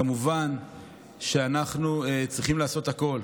כמובן שאנחנו צריכים לעשות הכול,